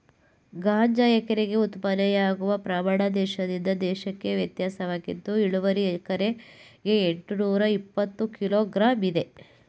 ಗಾಂಜಾ ಎಕರೆಗೆ ಉತ್ಪಾದನೆಯಾಗುವ ಪ್ರಮಾಣ ದೇಶದಿಂದ ದೇಶಕ್ಕೆ ವ್ಯತ್ಯಾಸವಿದ್ದು ಇಳುವರಿ ಎಕರೆಗೆ ಎಂಟ್ನೂರಇಪ್ಪತ್ತು ಕಿಲೋ ಗ್ರಾಂ ಇದೆ